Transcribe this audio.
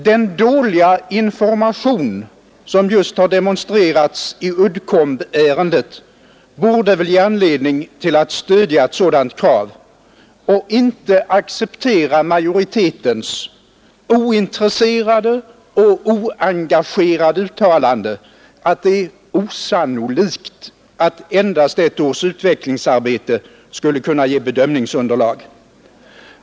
Den dåliga information som just demonstrerats i Uddcombärendet borde ge anledning till att stödja ett sådant krav och inte acceptera majoritetens ointresserade och oengagerade uttalande att det är osannolikt att endast ett års utvecklingsarbete skulle kunna ge bedömningsunderlag.